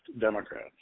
Democrats